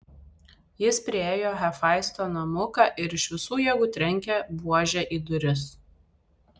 jis priėjo hefaisto namuką ir iš visų jėgų trenkė buože į duris